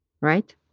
right